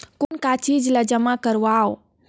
कौन का चीज ला जमा करवाओ?